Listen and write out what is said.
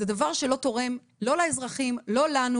זה דבר שלא תורם לא לאזרחים ולא לנו